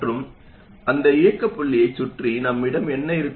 மற்றும் அந்த இயக்க புள்ளியை சுற்றி நம்மிடம் என்ன இருக்கும்